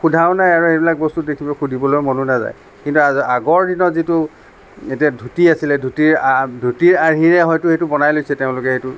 সোধাও নাই আৰু এইবিলাক বস্তু দেখিব সুধিবলৈ মনো নাযায় কিন্তু আগৰ দিনত যিটো এতিয়া ধুতি আছিলে ধুতিৰ ধুতিৰ আৰ্হিৰে হয়তো এইটো বনাই লৈছে তেওঁলোকে সেইটো